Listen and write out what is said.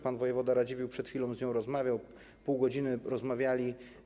Pan wojewoda Radziwiłł przed chwilą z nią rozmawiał, pół godziny rozmawiali.